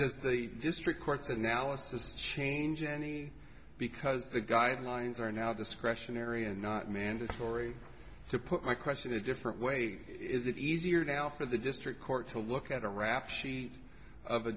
the district court's analysis change any because the guidelines are now discretionary and not mandatory to put my question a different way is it easier now for the district court to look at a rap sheet of a